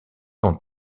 son